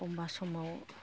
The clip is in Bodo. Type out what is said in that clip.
एखमबा समाव